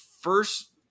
first